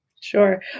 Sure